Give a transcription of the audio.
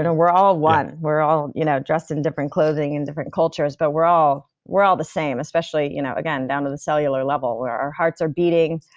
and we're all one, we're all you know dressed in different clothing and different cultures, but we're all we're all the same, especially you know again, down to the cellular level where our hearts are beating,